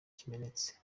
kimenetse